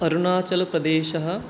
अरुणाचलप्रदेशः